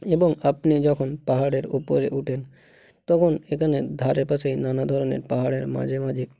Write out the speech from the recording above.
এবং আপনি যখন পাহাড়ের উপরে উঠেন তখন এখানে ধারে পাশে নানা ধরনের পাহাড়ের মাঝে মাঝে